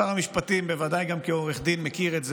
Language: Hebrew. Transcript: שר המשפטים בוודאי מכיר את זה,